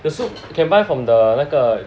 the soup can buy from the 那个